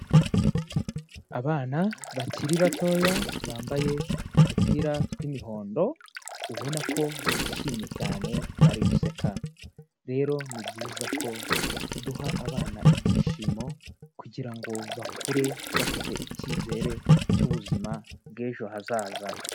Abana bakiri batoya bambaye udupira tw'imihondo, ubona ko bishimye cyane bari guseka. Rero ni byiza ko duha abana ibyishimo kugira ngo bakure bafite icyizere cy'ubuzima bw'ejo hazaza.